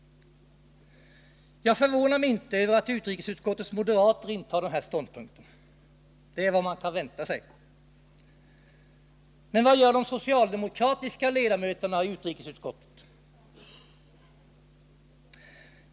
Det förvånar mig inte att utrikesutskottets moderater intar den här ståndpunkten — det är vad man kan vänta sig — men vad gör de socialdemokratiska ledamöterna av utrikesut Nr 33 skottet?